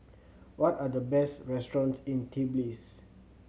what are the best restaurants in Tbilisi